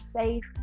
safe